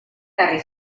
ekarri